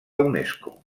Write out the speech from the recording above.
unesco